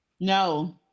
No